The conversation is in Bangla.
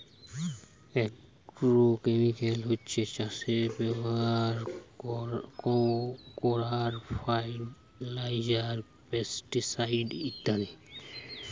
আগ্রোকেমিকাল হচ্ছে চাষে ব্যাভার কোরার ফার্টিলাইজার, পেস্টিসাইড ইত্যাদি